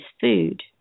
food